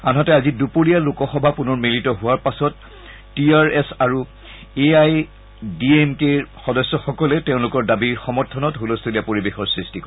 আনহাতে আজি দুপৰীয়া লোকসভা পুনৰ মিলিত হোৱাৰ পাছত টি আৰ এছ আৰু এ আই ডি এম কেৰ সদস্যসকলে তেওঁলোকৰ দাবীত সদনত ছলস্থূলীয়া পৰিৱেশৰ সৃষ্টি কৰে